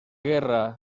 guerra